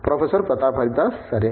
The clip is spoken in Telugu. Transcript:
ప్రొఫెసర్ ప్రతాప్ హరిదాస్ సరే